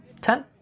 ten